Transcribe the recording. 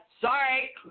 Sorry